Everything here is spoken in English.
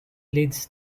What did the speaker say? leads